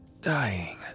Dying